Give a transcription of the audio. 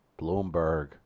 Bloomberg